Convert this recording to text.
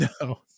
No